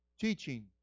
teaching